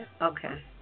Okay